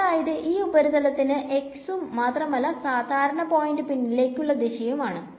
അതായത് ഈ ഉപരിതലത്തിനു ഉം മാത്രമല്ല സാധാരണ പോയിന്റ് പിന്നോട്ടുള്ള ദിശയിലും ആണ്